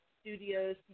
studios